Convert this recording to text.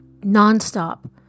nonstop